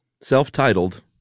Self-Titled